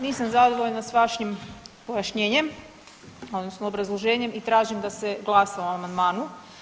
Nisam zadovoljna s vašim pojašnjenjem odnosno obrazloženjem i tražim da se glasa o amandmanu.